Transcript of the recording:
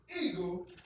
eagle